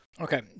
Okay